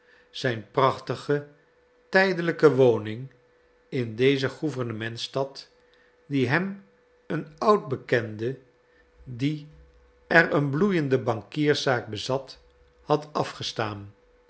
zijn prachtige tijdelijke woning in deze gouvernementstad die hem een oud bekende die er een bloeiende bankierszaak bezat had afgestaan